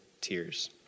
tears